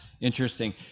interesting